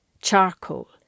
charcoal